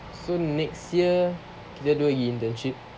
so next year kita dua gi internship